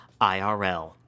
IRL